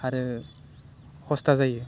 आरो हस्था जायो